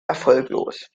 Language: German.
erfolglos